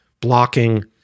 blocking